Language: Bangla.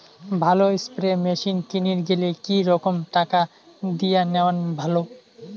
ভালো স্প্রে মেশিন কিনির গেলে কি রকম টাকা দিয়া নেওয়া ভালো?